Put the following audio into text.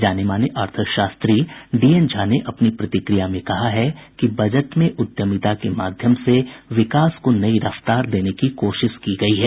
जाने माने अर्थशास्त्री डीएन झा ने अपनी प्रतिक्रिया में कहा है कि बजट में उद्यमिता के माध्यम से विकास को नई रफ्तार देने की कोशिश की गयी है